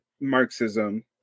Marxism